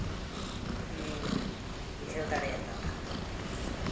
ᱤᱧᱤᱧ ᱵᱩᱡᱷᱟᱹᱣ ᱫᱟᱲᱮ ᱠᱟᱣᱫᱟ